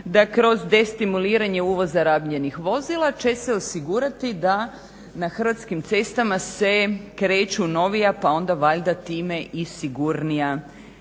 da kroz destimuliranje uvoza rabljenih vozila će se osigurati da na hrvatskim cestama se kreću novija pa onda valjda time i sigurnija